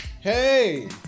Hey